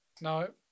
No